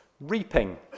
reaping